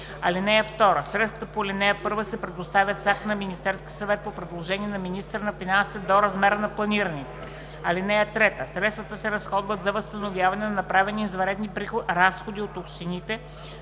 (2) Средствата по ал. 1 се предоставят с акт на Министерския съвет по предложение на министъра на финансите до размера на планираните. (3) Средствата се разходват за възстановяване на направени извънредни разходи от общините